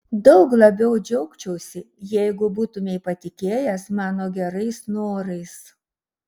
daug labiau džiaugčiausi jeigu būtumei patikėjęs mano gerais norais